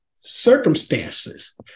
circumstances